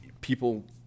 people